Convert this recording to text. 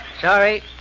Sorry